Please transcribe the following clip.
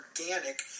organic